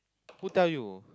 who tell you